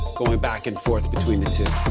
going back and forth between the two.